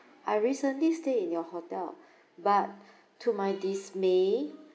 I recently stayed in your hotel but to my dismay